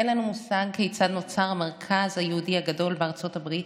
אין לנו מושג כיצד נוצר המרכז היהודי הגדול בארצות הברית,